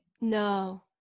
no